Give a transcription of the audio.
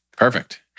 Perfect